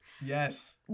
Yes